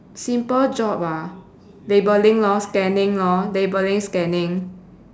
simple job ah labelling lor scanning lor labelling scanning